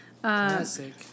Classic